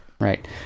right